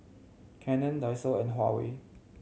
Canon Daiso and Huawei